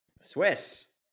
swiss